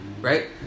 right